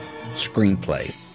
screenplay